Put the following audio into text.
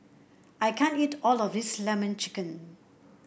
I can't eat all of this lemon chicken